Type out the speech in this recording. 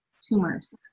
tumors